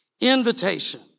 Invitation